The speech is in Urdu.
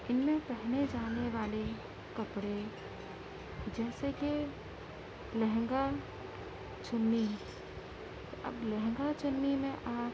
ان میں پہنے جانے والے کپڑے جیسے کہ لہنگا چنی اب لہنگا چنی میں آپ